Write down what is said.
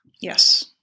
Yes